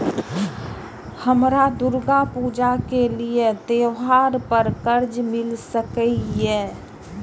हमरा दुर्गा पूजा के लिए त्योहार पर कर्जा मिल सकय?